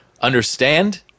understand